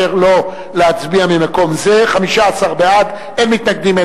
לא קל להיות שר יותר גדול מהשרים היושבים כאן,